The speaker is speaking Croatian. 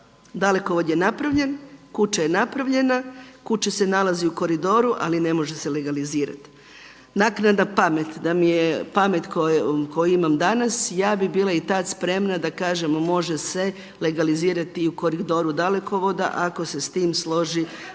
Dalekovod je napravljen, kuća je napravljena, kuća se nalazi u koridoru, ali ne može se legalizirati. … /ne razumije se/ pamet da mi je pamet koju imam danas ja bih bila i tada spremna da kažem može se legalizirati i u koridoru dalekovodu ako se s tim složi